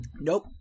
Nope